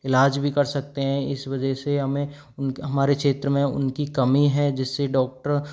इलाज भी कर सकते हैं इस वजह से हमें हमारे क्षेत्र में उनकी कमी है जिससे डॉक्टर